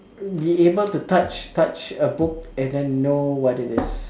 be able to touch touch a book and then know what it is